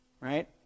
Right